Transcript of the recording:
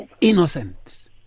innocent